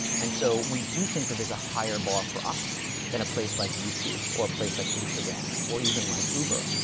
and so we do think that there's a higher bar for us than a place like youtube, or a place like instagram, or even like uber.